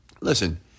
Listen